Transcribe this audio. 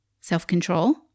self-control